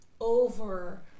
over